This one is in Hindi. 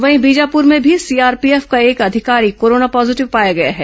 वहीं बीजापुर में भी सीआरपीएफ का एक अधिकारी कोरोना पॉजीटिव पाया गया है